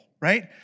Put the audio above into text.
right